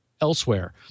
elsewhere